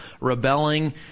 rebelling